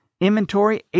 inventory